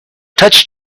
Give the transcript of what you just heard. touched